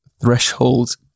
threshold